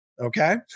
Okay